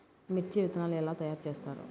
మిర్చి విత్తనాలు ఎలా తయారు చేస్తారు?